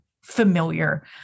familiar